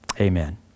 Amen